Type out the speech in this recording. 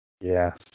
Yes